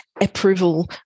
approval